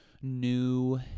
new